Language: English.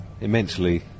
immensely